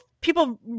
people